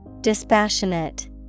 Dispassionate